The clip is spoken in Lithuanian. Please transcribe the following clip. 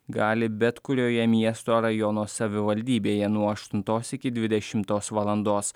gali bet kurioje miesto rajono savivaldybėje nuo aštuntos iki dvidešimtos valandos